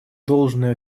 должное